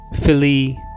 Philly